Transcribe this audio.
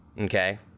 okay